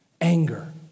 anger